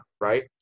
right